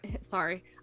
sorry